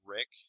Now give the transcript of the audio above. Rick